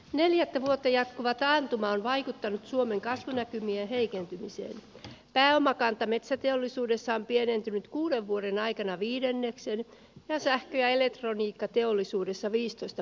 lietevuotta jatkuva taantumaan vaikuttanut suomen kasvunäkymien heikentymiseen pääomakanta metsäteollisuudessa on pienentynyt kuuden vuoden aikana viidenneksen väsähti ja elektroniikkateollisuudessa viisitoista